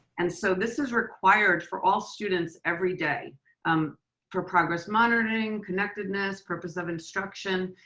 and so this is required for all students every day um for progress monitoring, connectedness, purpose of instruction.